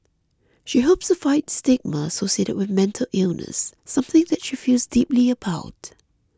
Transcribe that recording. she hopes to fight stigma associated with mental illness something that she feels deeply about